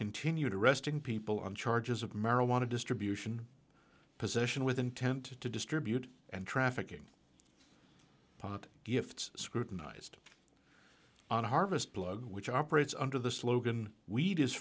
continued arresting people on charges of marijuana distribution possession with intent to distribute and trafficking pot gifts scrutinized on harvest blog which operates under the slogan weed is